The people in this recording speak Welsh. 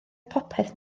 popeth